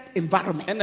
environment